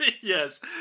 Yes